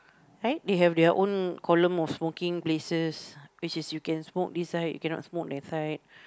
right they have their own column of smoking places which is you can smoke this side can not smoke that side